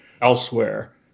elsewhere